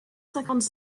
cinquante